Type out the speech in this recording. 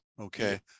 Okay